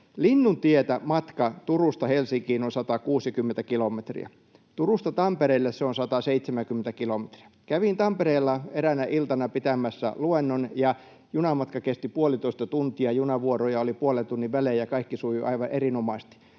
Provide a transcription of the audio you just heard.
Linnuntietä matka Turusta Helsinkiin on 160 kilometriä. Turusta Tampereelle se on 170 kilometriä. Kävin Tampereella eräänä iltana pitämässä luennon, ja junamatka kesti puolitoista tuntia. Junavuoroja oli puolen tunnin välein, ja kaikki sujui aivan erinomaisesti.